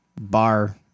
bar